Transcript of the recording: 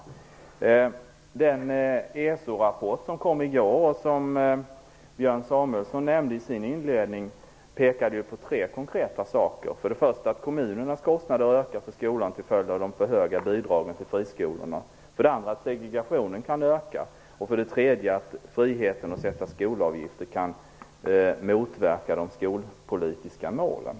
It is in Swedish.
I den ESO-rapport som framlades i går och som Björn Samuelson nämnde i sin inledning pekar man på tre konkreta saker: 1. att kommunernas kostnader för skolan ökar till följd av de höga bidragen till friskolorna, 2. att segregationen nu kan öka och 3. att friheten att ta ut skolavgifter kan motverka de skolpolitiska målen.